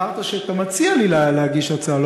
אמרת שאתה מציע לי להגיש הצעה.